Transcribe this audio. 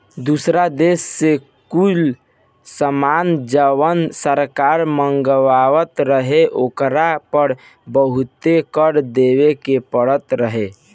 दुसर देश से कुछ सामान जवन सरकार मँगवात रहे ओकरा पर बहुते कर देबे के परत रहे